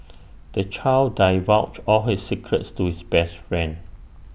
the child divulged all his secrets to his best friend